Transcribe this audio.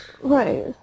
Right